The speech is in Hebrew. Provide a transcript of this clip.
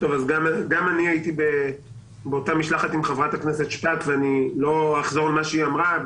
גם אני הייתי באותה משלחת עם חברת הכנסת שפק ולא אחזור על מה שהיא אמרה.